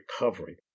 recovery